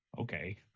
okay